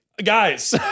Guys